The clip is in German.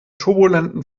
turbulenten